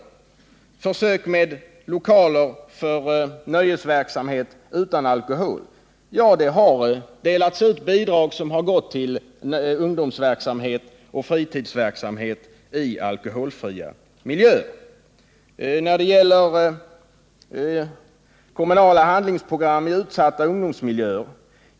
Det gäller till att börja med försök med lokaler för nöjesverksamhet utan alkohol. Ja, det har delats ut bidrag för ungdomsverksamhet och fritidsverksamhet i alkoholfria miljöer. En annan sak gäller kommunala handlingsprogram i utsatta ungdomsmiljöer.